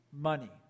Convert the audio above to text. Money